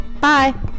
Bye